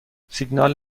سیگنال